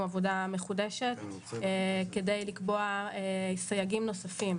עבודה מחודשת כדי לקבוע סייגים נוספים,